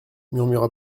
murmura